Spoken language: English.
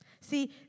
See